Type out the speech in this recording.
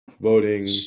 voting